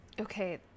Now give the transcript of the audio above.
Okay